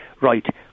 right